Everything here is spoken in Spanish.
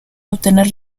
obtener